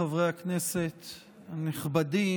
חברי הכנסת הנכבדים,